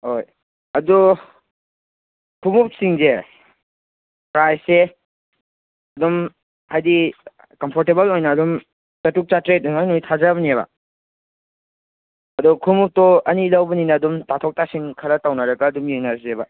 ꯍꯣꯏ ꯑꯗꯨ ꯈꯣꯡꯎꯞꯁꯤꯡꯁꯦ ꯄ꯭ꯔꯥꯏꯁꯁꯦ ꯑꯗꯨꯝ ꯍꯥꯏꯗꯤ ꯀꯝꯐꯣꯔꯇꯦꯕꯜ ꯑꯣꯏꯅ ꯑꯗꯨꯝ ꯆꯥꯇ꯭ꯔꯨꯛ ꯆꯥꯇ꯭ꯔꯦꯠ ꯑꯗꯨꯃꯥꯏ ꯂꯣꯏ ꯊꯥꯖꯕꯅꯦꯕ ꯑꯗꯣ ꯈꯣꯡꯎꯞꯇꯣ ꯑꯅꯤ ꯂꯧꯕꯅꯤꯅ ꯑꯗꯨꯝ ꯇꯥꯊꯣꯛ ꯇꯥꯁꯤꯟ ꯈꯔ ꯇꯧꯅꯔꯒ ꯑꯗꯨꯝ ꯌꯦꯡꯅꯔꯁꯦꯕ